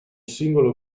singolo